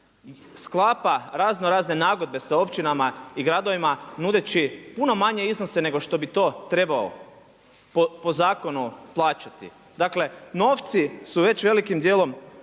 sklapa raznorazne nagodbe sa općinama i gradovima nudeći puno manje iznose nego što bi trebao po zakonu plaćati. Dakle novci su već velikim dijelom